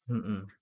mm mm